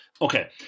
Okay